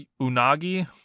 unagi